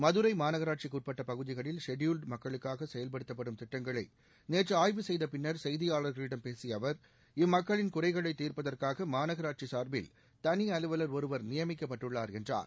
மதுரை மாநகராட்சிக்கு உட்பட்ட பகுதிகளில் ஷெட்யூல்டு மக்களுக்காக செயல்படுத்தப்படும் திட்டங்களை நேற்று ஆய்வு செய்த பின்னர் செய்தியாளர்களிடம் பேசிய அவர் இம்மக்களின் குறைகளை தீர்ப்பதற்காக மாநகராட்சி சார்பில் தனி அலுவலர் ஒருவர் நியமிக்கப்பட்டுள்ளார் என்றார்